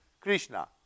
Krishna